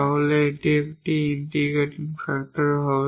তাহলে এটি একটি ইন্টিগ্রেটিং ফ্যাক্টর হবে